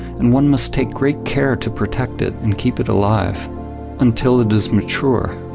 and one must take great care to protect it and keep it alive until it is mature.